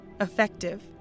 effective